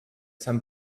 some